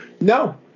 No